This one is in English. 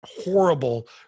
horrible